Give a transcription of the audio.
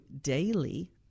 daily